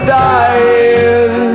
dying